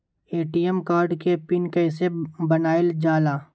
ATM card के PIN कैसे बनावल जाला?